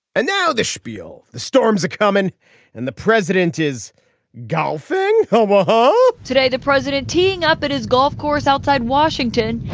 and now the spiel. the storms are coming and the president is golfing oh um ah oh today the president teeing up at his golf course outside washington